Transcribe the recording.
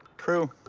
true.